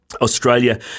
Australia